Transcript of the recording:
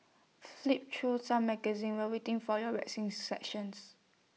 flick through some magazines while waiting for your waxing sessions